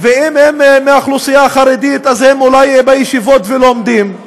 ואם הם מהאוכלוסייה החרדית אז הם אולי בישיבות ולומדים.